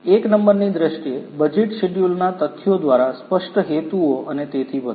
એક નંબરની દ્રષ્ટિએ બજેટ શેડ્યૂલના તથ્યો દ્વારા સ્પષ્ટ હેતુઓ અને તેથી વધુ